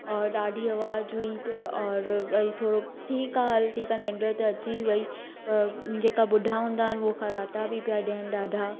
ओर ॾाढी आवाज़ हुई हुते और भई थोरो ठीकु आहे हल ठीकु आहे निंड त अची वई पर जेका बुढा हूंदा आहिनि उहो खराटा बि पिया ॾेयनि ॾाढा